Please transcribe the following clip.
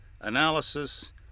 analysis